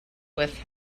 with